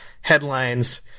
headlines